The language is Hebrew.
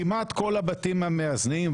כמעט כל הבתים המאזנים,